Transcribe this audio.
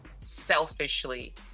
selfishly